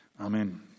Amen